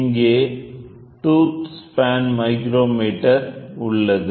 இங்கே tooth span micrometre உள்ளது